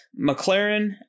McLaren